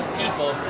people